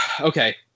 Okay